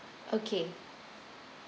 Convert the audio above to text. okay